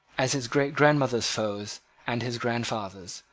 as his great-grandmother's foes and his grandfather's,